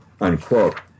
unquote